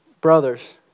brothers